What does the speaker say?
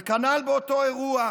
וכנ"ל באותו אירוע,